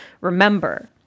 remember